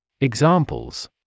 Examples